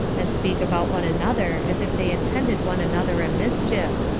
and speak about one another as if they intended one another a mischief,